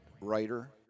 writer